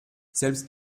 selbst